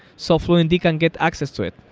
so fluentd can get access to it.